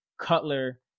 Cutler